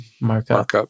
Markup